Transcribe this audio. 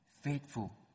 faithful